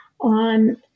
on